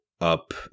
up